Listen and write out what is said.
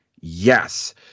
yes